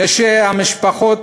כשהמשפחות